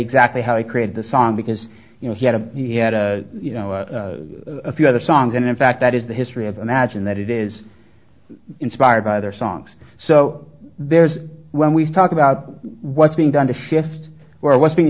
exactly how he created the song because you know he had a he had a you know a few other songs and in fact that is the history of imagine that it is inspired by their songs so there's when we talk about what's being done to shift or what's being